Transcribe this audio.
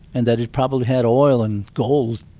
and that it probably had oil and gold.